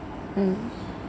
mm